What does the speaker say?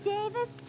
Davis